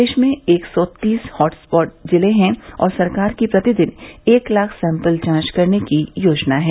देश में एक सौ तीस हॉटसॉट जिले हैं और सरकार की प्रतिदिन एक लाख सैंपल जांच करने की योजना है